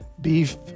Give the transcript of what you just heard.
Beef